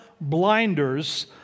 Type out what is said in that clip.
blinders